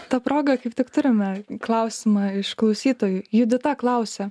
ta proga kaip tik turime klausimą iš klausytojų judita klausia